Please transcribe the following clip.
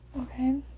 Okay